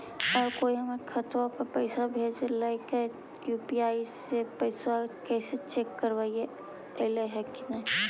अगर कोइ हमर खाता पर पैसा भेजलके हे त यु.पी.आई से पैसबा कैसे चेक करबइ ऐले हे कि न?